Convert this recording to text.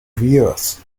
viewers